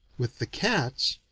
with the cats,